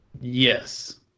Yes